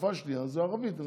והשפה השנייה זאת ערבית.